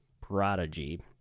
prodigy